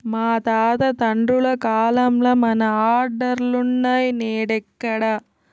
మా తాత తండ్రుల కాలంల మన ఆర్డర్లులున్నై, నేడెక్కడ